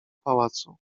pałacu